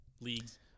leagues